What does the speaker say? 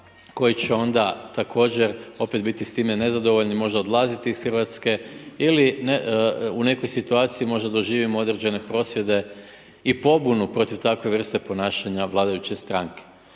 koji će onda također opet biti s time nezadovoljni, možda odlaziti iz Hrvatske ili u nekoj situaciji možda doživim određene prosvjede i pobunu protiv takve vrste ponašanja vladajuće stranke.